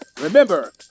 Remember